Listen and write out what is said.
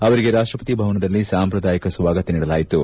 ಅವರಿಗೆ ರಾಷ್ಟಪತಿ ಭವನದಲ್ಲಿ ಸಾಂಪ್ರದಾಯಿಕ ಸ್ವಾಗತ ನೀಡಲಾಯಿತು